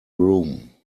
room